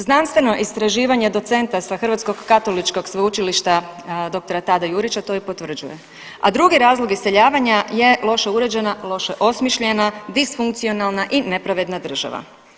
Znanstveno istraživanje docenta za Hrvatskog katoličkog sveučilišta dr. Tade Jurića to i potvrđuje, a drugi razlog iseljavanja je loše uređena, loše osmišljena, disfunkcionalna i nepravedna država.